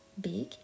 big